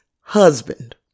husband